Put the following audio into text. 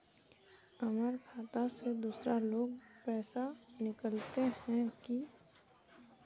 हमर खाता से दूसरा लोग पैसा निकलते है की?